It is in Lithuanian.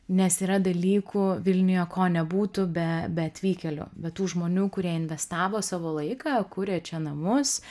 nes yra dalykų vilniuje ko nebūtų be be atvykėlių be tų žmonių kurie investavo savo laiką kūrė čia namus